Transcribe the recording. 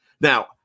Now